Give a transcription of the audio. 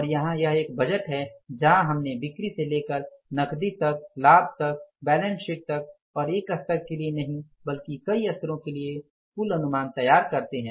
और यहाँ यह एक बजट है जहाँ हमने बिक्री से लेकर नकदी तक लाभ तक बैलेंस शीट तक और एक स्तर के लिए नहीं बल्कि कई स्तरों के लिए कुल अनुमान तैयार करते हैं